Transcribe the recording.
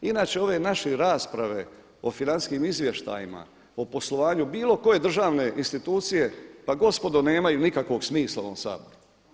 Inače ove naše rasprave o financijskim izvještajima, o poslovanju bilo koje državne institucije pa gospodo nemaju nikakvog smisla u ovom saboru.